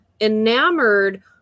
enamored